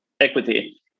equity